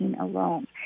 alone